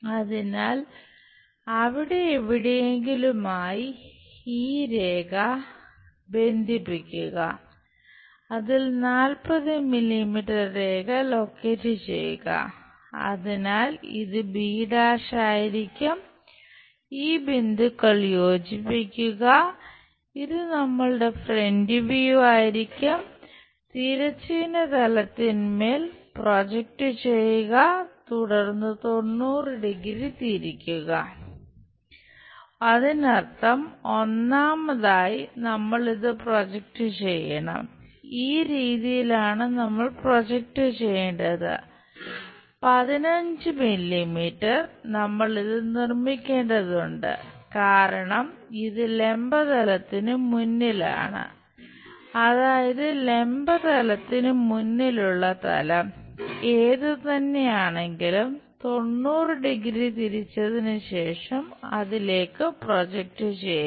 അതിനാൽ അവിടെ എവിടെയെങ്കിലുമായി ഈ ഈ രേഖ ബന്ധിപ്പിക്കുക അതിൽ 40 മില്ലീമീറ്റർ രേഖ ലൊക്കേറ്റ് ചെയ്യുക